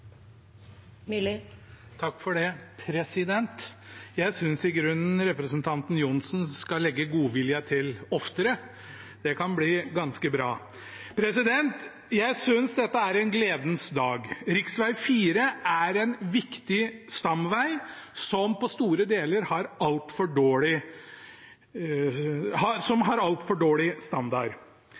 Jeg synes i grunnen representanten Johnsen skal legge godviljen til oftere. Det kan bli ganske bra. Jeg synes dette er en gledens dag. Rv. 4 er en viktig stamveg som på store deler har altfor dårlig